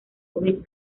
joven